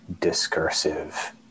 discursive